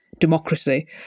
democracy